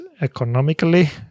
economically